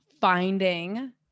finding